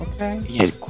Okay